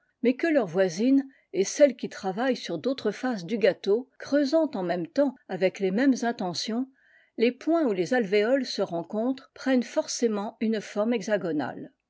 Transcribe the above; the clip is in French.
mais que leurs voisines et celles qui travaillent sur l'autre face du gâteau creusant en même tem avec les mêmes intentions les points où alvéoles se rencontrent prennent forcément i r la